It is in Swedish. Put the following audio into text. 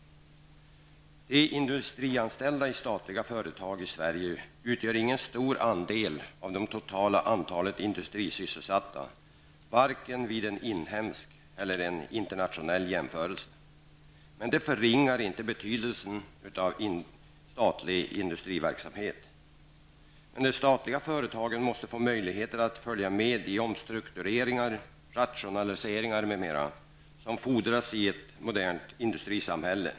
De industrianställda i statliga företag i Sverige utgör ingen stor andel av det totala antalet industrisysselsatta, varken vid en inhemsk eller en internationell jämförelse. Men det förringar inte betydelsen av statlig industriverksamhet. De statliga företagen måste emellertid få möjlighet att följa med i omstruktureringar, rationaliseringar m.m. som fordras i ett modernt industrisamhälle.